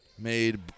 made